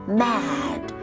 mad